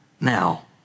now